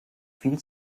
viel